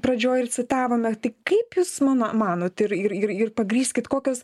pradžioj ir citavome tik kaip jūs mano manot ir ir ir ir pagrįskit kokios